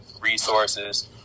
resources